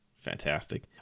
Fantastic